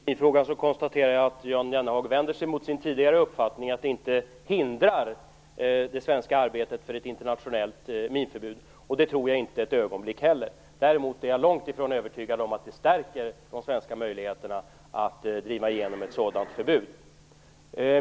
Herr talman! I minfrågan konstaterar jag att Jan Jennehag vänder sig mot sin tidigare uppfattning, att detta inte hindrar det svenska arbetet för ett internationellt minförbud, och det tror inte heller jag ett ögonblick. Däremot är jag långt ifrån övertygad om att det stärker de svenska möjligheterna att driva igenom ett sådant förbud.